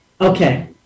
Okay